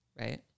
right